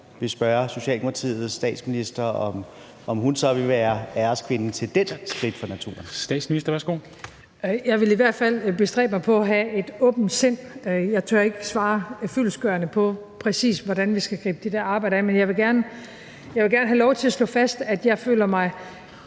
Kristensen): Tak. Statsministeren, værsgo. Kl. 23:04 Statsministeren (Mette Frederiksen): Jeg vil i hvert fald bestræbe mig på at have et åbent sind. Jeg tør ikke svare fyldestgørende på, præcis hvordan vi skal gribe det der arbejde an, men jeg vil gerne have lov til at slå fast, at jeg føler mig